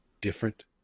different